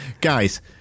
guys